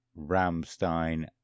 Ramstein